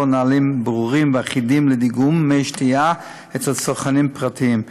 אשר יש לו נהלים ברורים ואחידים לדיגום מי שתייה אצל צרכנים פרטיים.